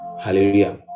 Hallelujah